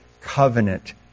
covenant